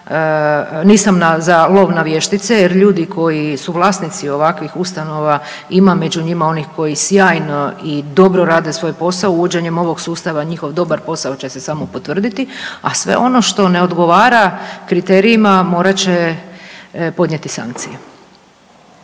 nisam za lov na vještice, jer ljudi koji su vlasnici ovakvih ustanova ima među njima onih koji sjajno i dobro rade svoj posao. Uvođenjem ovog sustava njihov dobar posao će se samo potvrditi, a sve ono što ne odgovara kriterijima morat će podnijeti sankcije.